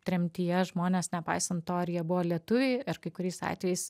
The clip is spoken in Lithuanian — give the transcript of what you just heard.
tremtyje žmonės nepaisant to ar jie buvo lietuviai ar kai kuriais atvejais